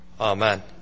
amen